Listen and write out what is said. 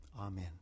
Amen